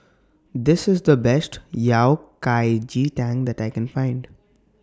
This IS The Best Yao Cai Ji Tang that I Can Find